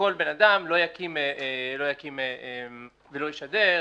שכל בן אדם לא יקים ולא ישדר.